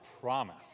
promise